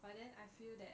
but then I feel that